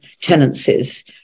tenancies